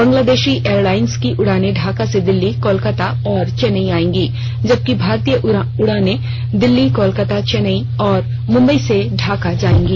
Bangladeshi airlines की उड़ानें ढाका से दिल्ली कोलकाता और चेन्नई आएगी जबकि भारतीय उड़ाने दिल्ली कोलकाता चेन्नई और मुम्बई से ढाका जाएंगी